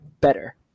better